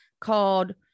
called